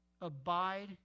Abide